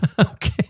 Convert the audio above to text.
Okay